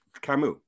Camus